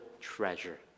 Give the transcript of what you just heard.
treasure